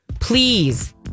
please